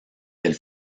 del